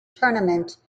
tournament